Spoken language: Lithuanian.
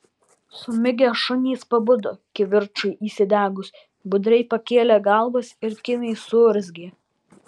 sumigę šunys pabudo kivirčui įsidegus budriai pakėlė galvas ir kimiai suurzgė